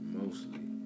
mostly